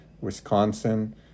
Wisconsin